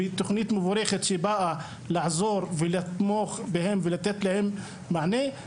ותוכנית מבורכת שבאה לעזור ולתמוך בהם ולתת להם מענה,